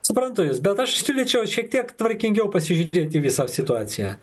suprantu jus bet aš siūlyčiau šiek tiek tvarkingiau pasižiūrėt į visą situaciją